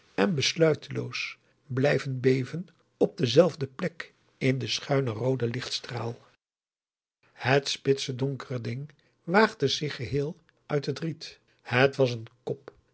en besluiteloos blijven beven op dezelfde plek in den schuinen rooden lichtstraal het spitse donkere ding waagde zich geheel uit het riet het was augusta de